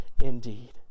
indeed